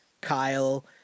Kyle